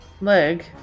leg